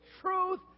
truth